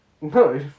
No